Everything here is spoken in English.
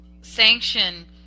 sanction